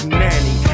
nanny